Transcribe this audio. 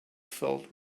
filled